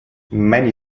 many